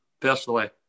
personally